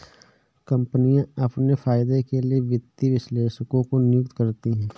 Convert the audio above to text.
कम्पनियाँ अपने फायदे के लिए वित्तीय विश्लेषकों की नियुक्ति करती हैं